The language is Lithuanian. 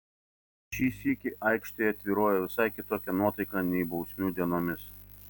šį sykį aikštėje tvyrojo visai kitokia nuotaika nei bausmių dienomis